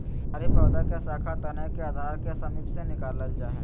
झाड़ी पौधा के शाखा तने के आधार के समीप से निकलैय हइ